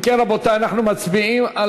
אם כן, אנחנו מצביעים על